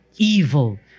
Evil